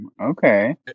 Okay